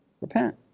Repent